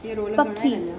पखी